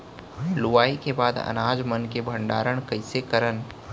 लुवाई के बाद अनाज मन के भंडारण कईसे करन?